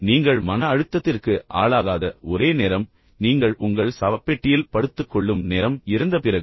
நீங்கள் மன அழுத்தத்திற்கு ஆளாகாத ஒரே நேரம் நீங்கள் உங்கள் சவப்பெட்டியில் படுத்துக் கொள்ளும் நேரம் இறந்த பிறகு